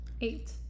Eight